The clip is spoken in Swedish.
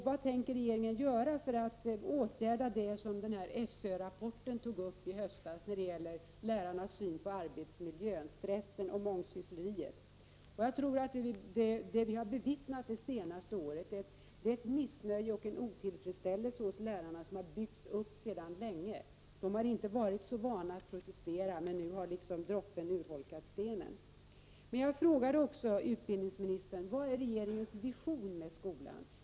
Vad tänker regeringen göra för att åtgärda det som framkom i SÖ-rapporten i höstas angående lärarnas syn på arbetsmiljön, stressen och mångsyssleriet? Det vi har bevittnat under det senaste året utgör ett missnöje och en otillfredsställelse som har byggts upp under en längre tid. De har inte varit så vana vid att protestera, men nu har droppen urholkat stenen. Vad är regeringens vision med skolan?